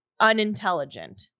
unintelligent